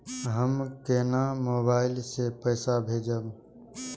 हम केना मोबाइल से पैसा भेजब?